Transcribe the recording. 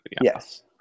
Yes